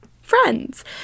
friends